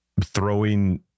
throwing